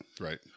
right